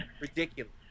Ridiculous